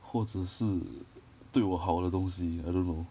或者是对我好的东西 I don't know